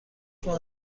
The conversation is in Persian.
ماه